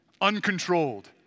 uncontrolled